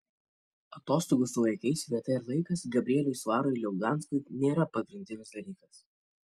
atostogų su vaikais vieta ir laikas gabrieliui svarui liaudanskui nėra pagrindinis dalykas